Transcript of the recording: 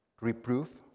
reproof